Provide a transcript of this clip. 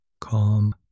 Calm